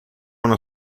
una